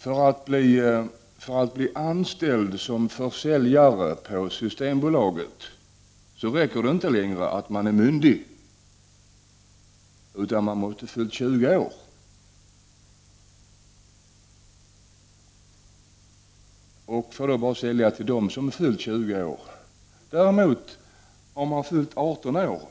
För att bli anställd som försäljare på Systembolaget räcker det inte längre att man är myndig, utan man måste ha fyllt 20 år och får då bara sälja till dem som har fyllt 20 år. Har man däremot fyllt 18 år